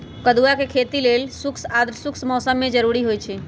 कदुआ के खेती लेल शुष्क आद्रशुष्क मौसम कें जरूरी होइ छै